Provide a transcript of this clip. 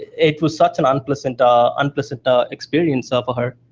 it was such an unpleasant ah unpleasant ah experience so for her.